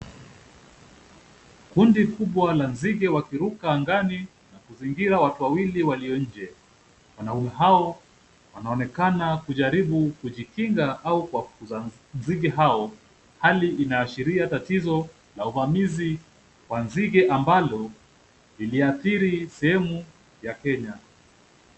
Kundi kubwa la nzige wakiruka angani na kuzingira watu wawili walio nje. Wanaume hao wanaonekana kujaribu kujikinga au kuwafukuza nzige hao. Hali inaashiria tatizo la uvamizi wa nzige ambalo liliathiri sehemu ya Kenya.